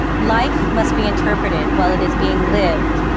life must be interpreted while it is being lived.